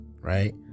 right